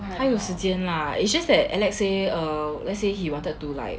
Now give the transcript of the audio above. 还有时间 lah it's just that alex said err let's say he wanted to like